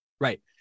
Right